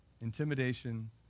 intimidation